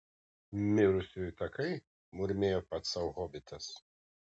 mirusiųjų takai murmėjo pats sau hobitas